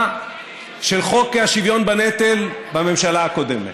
של חוק השוויון בנטל בממשלה הקודמת.